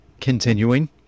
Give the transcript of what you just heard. continuing